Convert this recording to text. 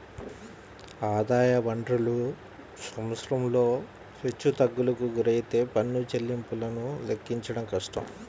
ఆదాయ వనరులు సంవత్సరంలో హెచ్చుతగ్గులకు గురైతే పన్ను చెల్లింపులను లెక్కించడం కష్టం